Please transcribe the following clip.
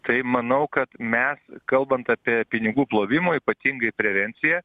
tai manau kad mes kalbant apie pinigų plovimo ypatingai prevenciją